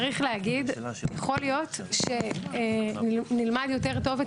צריך להגיד שיכול להיות שנלמד יותר טוב את